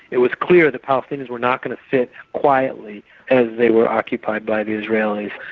it was clear the palestinians were not going to sit quietly and they were occupied by the israelis.